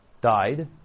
died